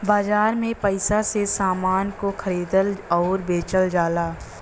बाजार में पइसा से समान को खरीदल आउर बेचल जाला